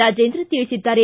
ರಾಜೇಂದ್ರ ತಿಳಿಸಿದ್ದಾರೆ